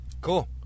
Cool